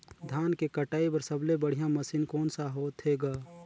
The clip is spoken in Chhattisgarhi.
धान के कटाई बर सबले बढ़िया मशीन कोन सा होथे ग?